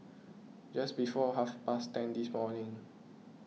just before half past ten this morning